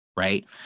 Right